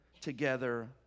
together